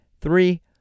three